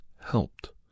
helped